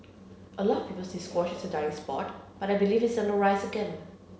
a lot of people say squash is a dying sport but I believe it is on the rise again